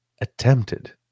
attempted